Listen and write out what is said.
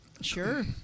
Sure